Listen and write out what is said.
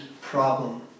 problem